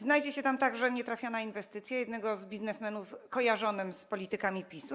Znajdzie się tam także nietrafiona inwestycja jednego z biznesmenów, kojarzonego z politykami PiS.